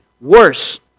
worse